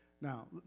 now